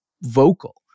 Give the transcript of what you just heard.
vocal